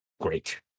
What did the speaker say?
great